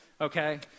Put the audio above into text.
okay